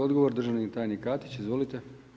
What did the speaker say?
Odgovor državni tajnik Katić, izvolite.